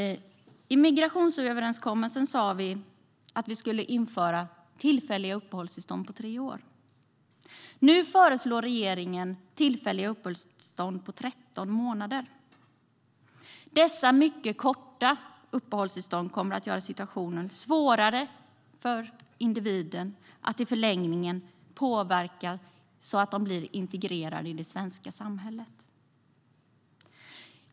I migrationsöverenskommelsen sa vi att vi skulle införa tillfälliga uppehållstillstånd på tre år. Nu föreslår regeringen tillfälliga uppehållstillstånd på 13 månader. Dessa mycket korta uppehållstillstånd kommer att göra situationen svårare för individen att i förlängningen påverka så att man blir integrerad i det svenska samhället.